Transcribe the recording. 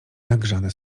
nagrzane